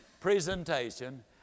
presentation